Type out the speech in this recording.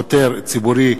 עותר ציבורי),